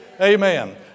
Amen